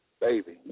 baby